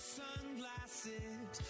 sunglasses